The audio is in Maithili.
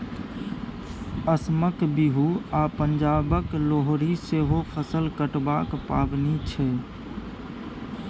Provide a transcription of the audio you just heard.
असमक बिहू आ पंजाबक लोहरी सेहो फसल कटबाक पाबनि छै